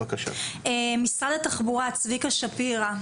משרד התחבורה, צביקה שפירא.